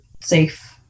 safe